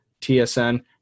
TSN